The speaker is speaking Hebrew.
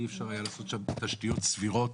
אי אפשר היה לעשות שם תשתיות סבירות